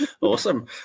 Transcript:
Awesome